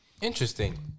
Interesting